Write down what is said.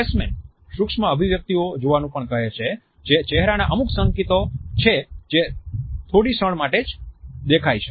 ફ્રેશ્મેન સૂક્ષ્મ અભિવ્યક્તિઓ જોવાનું પણ કહે છે જે ચેહરાના અમુક સંકેતો છે જે થોડી ક્ષણ માટે જ દેખાય છે